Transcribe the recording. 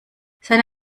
seine